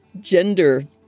gender